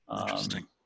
Interesting